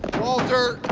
walter